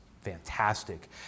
fantastic